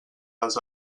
les